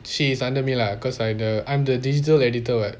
she is under me lah cause I the I am the digital editor what